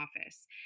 office